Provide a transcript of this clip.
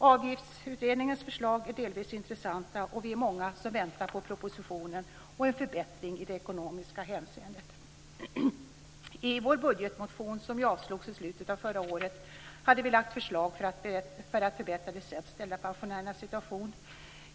Avgiftsutredningens förslag är delvis intressanta, och vi är många som väntar på propositionen och en förbättring i det ekonomiska hänseendet. I vår budgetmotion, som avslogs i slutet av förra året, hade vi lagt fram förslag för att förbättra de sämst ställda pensionärernas situation.